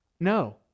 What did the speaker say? No